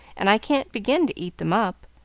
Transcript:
and i can't begin to eat them up.